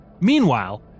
Meanwhile